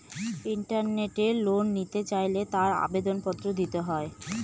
ইন্টারনেটে লোন নিতে চাইলে তার আবেদন পত্র দিতে হয়